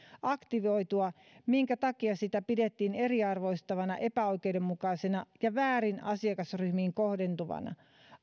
aktivoitua minkä takia sitä pidettiin eriarvoistavana epäoikeudenmukaisena ja vääriin asiakasryhmiin kohdentuvana